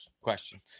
question